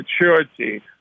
maturity